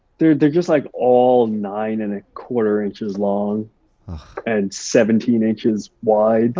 they're they're just, like, all nine and a quarter inches long and seventeen inches wide.